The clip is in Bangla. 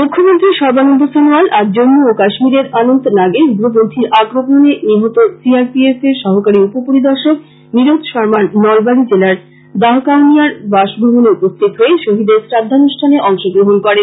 মুখ্যমন্ত্রী সর্বানন্দ সনোয়াল আজ জম্মু ও কাশ্মীরের অনন্তনাগে উগ্রপন্থীর আক্রমনে নিহত সি আর পি এফ এর সহকারী উপ পরিদর্শক নিরোদ শর্মার নলবাড়ী জেলার দাহকাউনিয়ার বাসভবনে উপস্থিত হয়ে শহীদের শ্রাদ্ধানুষ্ঠানে অংশ গ্রহণ করেন